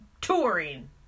touring